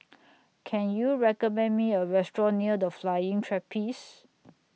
Can YOU recommend Me A Restaurant near The Flying Trapeze